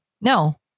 no